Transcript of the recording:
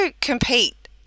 compete